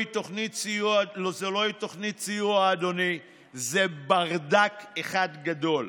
אדוני, זוהי לא תוכנית, זה ברדק אחד גדול.